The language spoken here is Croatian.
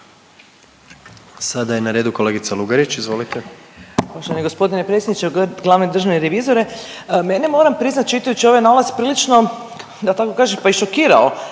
Sada je na redu kolegica Lugarić, izvolite. **Lugarić, Marija (SDP)** Poštovani g. predsjedniče, glavni državni revizore. Mene, moram priznati, čitajući ovaj nalaz prilično, da tako kažem, i šokirao